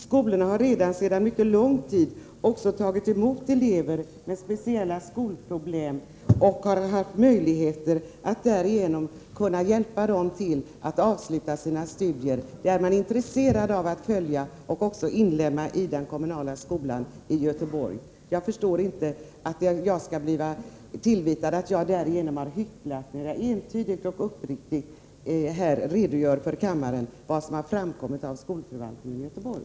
Skolorna har, sedan mycket lång tid, också tagit emot elever med speciella skolproblem och haft möjlighet att därigenom hjälpa dem att avsluta sina studier. Man är intresserad av att fortsätta med detta och inlemma metoderna i den kommunala skolan i Göteborg. Jag förstår inte att jag skall bli tillvitad att jag hycklar, när jag entydigt och uppriktigt redogör för kammaren för vad som har framkommit genom skolförvaltningen i Göteborg.